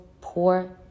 poor